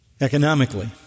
economically